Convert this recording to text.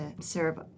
serve